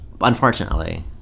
Unfortunately